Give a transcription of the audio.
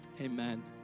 amen